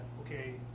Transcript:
okay